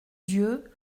dieu